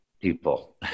people